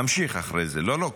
נמשיך אחרי זה --- אני לא צועקת.